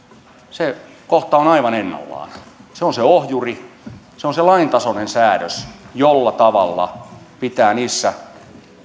se kohta on aivan ennallaan se on se ohjuri se on se laintasoinen säädös jonka tavalla pitää niissä